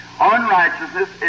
unrighteousness